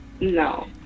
No